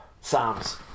Psalms